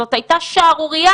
שזאת הייתה שערורייה,